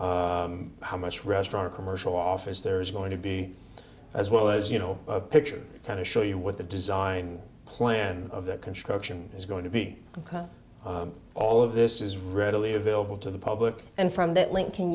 how much restaurant or commercial office there is going to be as well as you know picture kind of show you what the design plan of the construction is going to be cut all of this is readily available to the public and from that lin